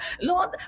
lord